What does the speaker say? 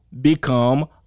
become